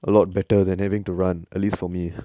a lot better than having to run at least for me